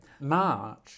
March